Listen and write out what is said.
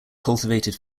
cultivated